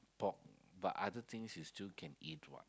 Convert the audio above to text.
pork but other things you still can eat what